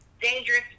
dangerous